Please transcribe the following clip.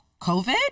COVID